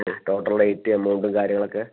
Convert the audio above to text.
അവിടത്തോട്ടൊള്ള റേറ്റും എമൗണ്ടും കാര്യങ്ങളൊക്കെ